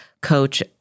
coach